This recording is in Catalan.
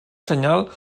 senyal